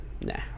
Nah